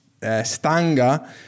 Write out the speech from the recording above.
Stanga